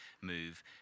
move